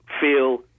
feel